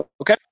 Okay